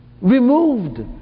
removed